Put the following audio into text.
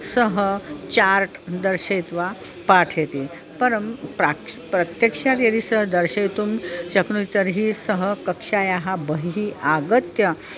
सः चार्ट् दर्शयित्वा पाठयति परं प्राक्ष् प्रत्यक्षात् यदि सः दर्शयितुं शक्नोति तर्हि सः कक्षायाः बहिः आगत्य